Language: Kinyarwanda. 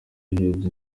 yihebye